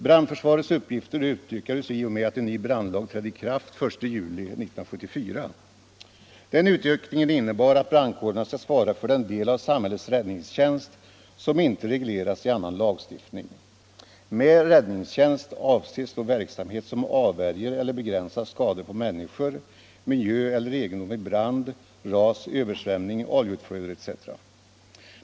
Brandförsvarets uppgifter utökades ju i och med att en ny brandlag trädde i kraft den 1 juli 1974. Utökningen innebar att brandkårerna skall svara för den del av samhällets räddningstjänst som inte regleras i annan lagstiftning. Med räddningstjänst avses då verk samhet som avvärjer eller begränsar skador på människor, miljö eller Nr 48 egendom vid brand, ras, översvämning, oljeutflöde etc.